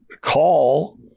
call